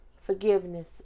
Forgiveness